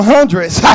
Hundreds